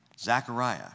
Zechariah